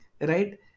right